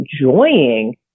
enjoying